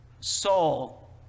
soul